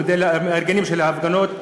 מודה למארגנים של ההפגנות,